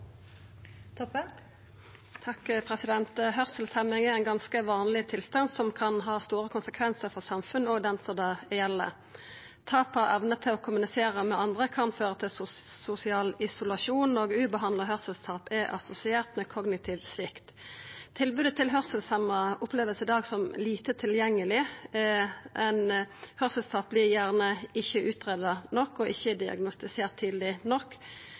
ein ganske vanleg tilstand som kan ha store konsekvensar for samfunnet og for den det gjeld. Tap av evne til å kommunisera med andre kan føra til sosial isolasjon, og ubehandla høyrselstap er assosiert med kognitiv svikt. Tilbodet til høyrselshemja vert i dag opplevd som lite tilgjengeleg. Eit høyrselstap vert gjerne ikkje utgreidd nok og ikkje diagnostisert tidleg nok,